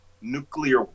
nuclear